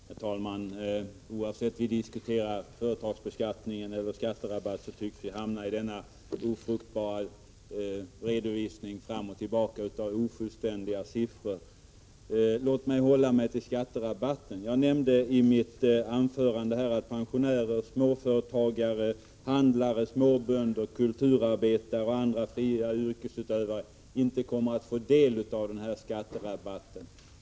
Herr talman! Oavsett om vi diskuterar företagsbeskattning eller skatterabatt tycks vi hamna i denna ofruktbara redovisning fram och tillbaka av ofullständiga siffror. Låt mig hålla mig till skatterabatten. Jag nämmde i mitt anförande att pensionärer, småföretagare, handlare, småbönder, kulturarbetare och andra fria yrkesutövare inte kommer att få del av denna skatterabatt.